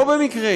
לא במקרה,